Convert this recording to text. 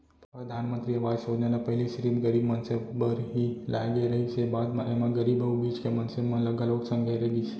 परधानमंतरी आवास योजना ल पहिली सिरिफ गरीब मनसे बर ही लाए गे रिहिस हे, बाद म एमा गरीब अउ बीच के मनसे मन ल घलोक संघेरे गिस